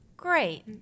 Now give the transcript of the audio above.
great